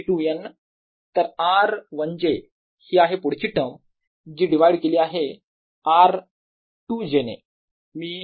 तर r 1 j ही आहे पुढची टर्म जी डिव्हाइड केली आहे r 2 j ने